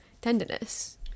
tenderness